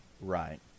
right